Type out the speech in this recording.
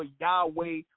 Yahweh